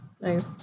nice